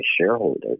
shareholders